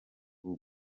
abuba